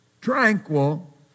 tranquil